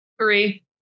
Three